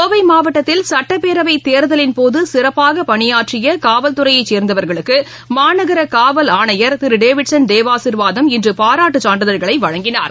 கோவைமாவட்டத்தில் சட்டப்பேரவைத் தேர்தலின்போதுசிறப்பாகபணியாற்றியகாவல்துறையைசேர்ந்தவர்களுக்குமாநகரகாவல் ஆணையர் திருடேவிட்சன் தேவாசீர்வாதம் இன்றுபாராட்டுசான்றிதழ்களைவழங்கினார்